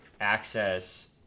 access